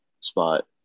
spot